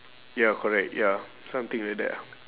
ya correct ya something like that ah